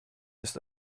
ist